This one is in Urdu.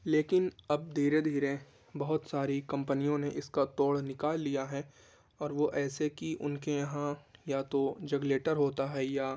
لیکن اب دھیرے دھیرے بہت ساری کمپنیوں نے اس کا توڑ نکال لیا ہے اور وہ ایسے کہ ان کے یہاں یا تو جینریٹر ہوتا ہے یا